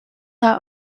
are